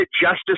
justice